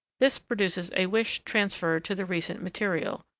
this produces a wish transferred to the recent material,